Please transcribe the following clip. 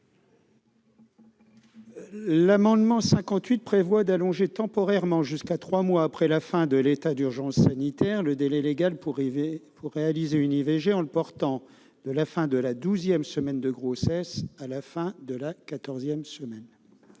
L'amendement n° 58 rectifié vise à allonger temporairement jusqu'à trois mois après la fin de l'état d'urgence sanitaire le délai légal pour réaliser une IVG, en le portant de la fin de la douzième semaine de grossesse à la fin de la quatorzième semaine.